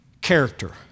character